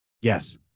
Yes